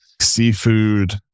seafood